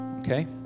okay